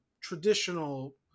traditional